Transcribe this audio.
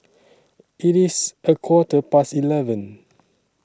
IT IS A Quarter Past eleven